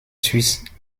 suisse